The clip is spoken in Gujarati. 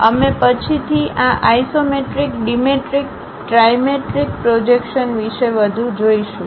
અમે પછીથી આ આઇસોમેટ્રિક ડિમેટ્રિક ટ્રાઇમેટ્રિક પ્રોજેક્શન વિશે વધુ જોશું